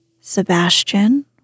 sebastian